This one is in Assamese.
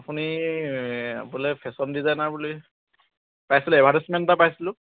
আপুনি বোলে ফেশ্বন ডিজাইনাৰ বুলি পাইছিলোঁ এডভাৰ্টাইজমেণ্ট এটা পাইছিলোঁ